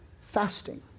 fasting